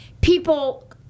people